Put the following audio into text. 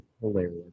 hilarious